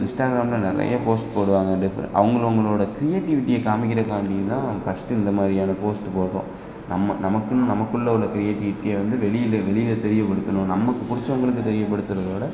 இன்ஸ்டாக்ராமில் நிறையா போஸ்ட் போடுவாங்க டிஃபர் அவங்கள அவங்களோட க்ரியேட்டிவிட்டியை காண்மிக்கிறக்காண்டியும் தான் ஃபஸ்ட்டு இந்த மாதிரியான போஸ்ட்டு போடுறோம் நம்ம நமக்குன்னு நமக்குள்ள உள்ள க்ரியேட்டிவிட்டியை வந்து வெளியில் வெளியில் தெரியப்படுத்தத்தணும் நமக்குப் பிடிச்சவங்களுக்கு தெரியப்படுத்துகிறதோட